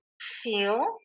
feel